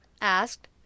asked